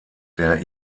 der